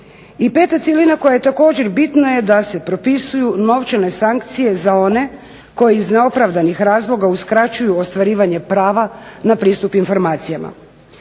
I peta cjelina koja je također bitna je da se propisuju novčane sankcije za one koji iz neopravdanih razloga uskraćuju ostvarivanje prava na pristup informacijama.